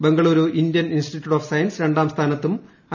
Bengaluru Indian Institute of Science രണ്ടാം സ്ഥാനത്തും I